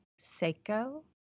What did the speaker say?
Seiko